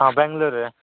ହଁ ବେଙ୍ଗଲୋରରେ